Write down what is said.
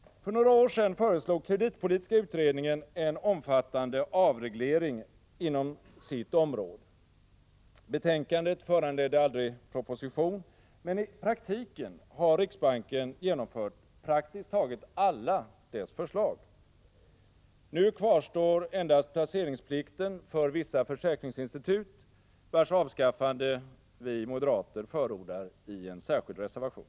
För några år sedan föreslog kreditpolitiska utredningen en omfattande avreglering inom sitt område. Betänkandet föranledde aldrig proposition, men i praktiken har riksbanken genomfört praktiskt taget alla dess förslag. Nu kvarstår endast placeringsplikten för vissa försäkringsinstitut, vars avskaffande vi moderater förordar i en särskild reservation.